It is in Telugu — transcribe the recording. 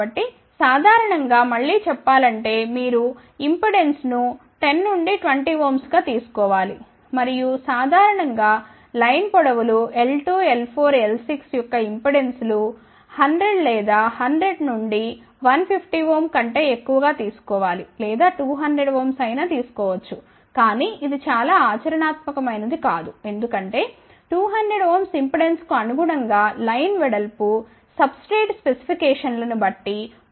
కాబట్టి సాధారణం గా మళ్ళీ చెప్పాలంటే మీరు ఇంపెడెన్స్ ను 10 నుండి 20Ω గా తీసుకోవాలి మరియు సాధారణం గా లైన్ పొడవులు l2 l4 l6 యొక్క ఇంపెడెన్స్ లు 100 లేదా 100 నుండి 150Ω కంటే ఎక్కువ గా తీసుకోవాలి లేదా 200Ω అయినా తీసుకోవచ్చు కానీ ఇది చాలా ఆచరణాత్మకమైనది కాదు ఎందుకంటే 200 Ω ఇంపెడెన్స్కు అనుగుణంగా లైన్ వెడల్పు సబ్స్ట్రేట్ స్పెసిఫికేషన్లను బట్టి 0